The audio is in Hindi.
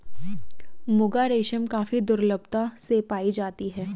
मुगा रेशम काफी दुर्लभता से पाई जाती है